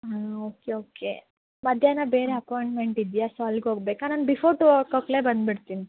ಹಾಂ okay okay ಮಧ್ಯಾಹ್ನ ಬೇರೆ ಅಪಾಯಿಂಟ್ಮೆಂಟ್ ಇದ್ಯಾ ಸೋ ಅಲ್ಲಿಗೆ ಹೋಗಬೇಕಾ ನಾನು ಬಿಫೋರ್ ಟು ಓ ಕಾಕ್ಗೇ ಬಂದು ಬಿಡ್ತೀನಿ